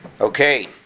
Okay